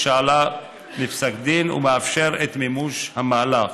שעלה בפסק הדין ומאפשר את מימוש המהלך.